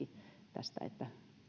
esimerkki että